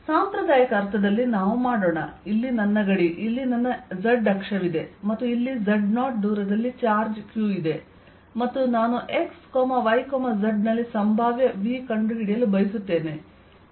ಸಾಂಪ್ರದಾಯಿಕ ಅರ್ಥದಲ್ಲಿ ನಾವು ಮಾಡೋಣ ಇಲ್ಲಿ ನನ್ನ ಗಡಿ ಇಲ್ಲಿ ನನ್ನ z ಅಕ್ಷವಿದೆ ಮತ್ತು ಇಲ್ಲಿ z0 ದೂರದಲ್ಲಿ ಚಾರ್ಜ್ q ಇದೆ ಮತ್ತು ನಾನು x y z ನಲ್ಲಿ ಸಂಭಾವ್ಯ V ಕಂಡುಹಿಡಿಯಲು ಬಯಸುತ್ತೇನೆ